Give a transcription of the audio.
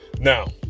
Now